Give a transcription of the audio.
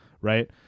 Right